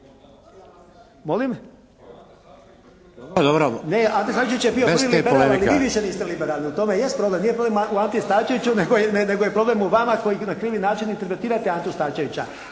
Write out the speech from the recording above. Ne, Ante Starčević je bio prvi liberal, ali vi više niste liberalni. … /Upadica se ne razumije./ … U tome i jest problem. Nije problem u Anti STarčeviću nego je problem u vama koji na krivi način interpretirate Antu Starčevića.